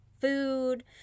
food